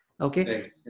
Okay